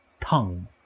Tongue